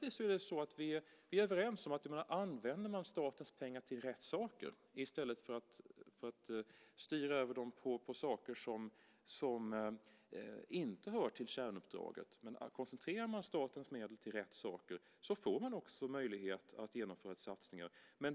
Vi är naturligtvis överens om att koncentrerar man statens medel till rätt saker, i stället för att styra över dem på saker som inte hör till kärnuppdraget, får man också möjlighet att genomföra satsningar.